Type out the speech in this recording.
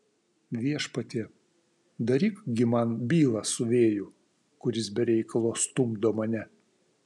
viešpatie daryk gi man bylą su vėju kuris be reikalo stumdo mane